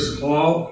call